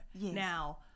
now